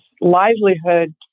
livelihood